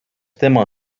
tema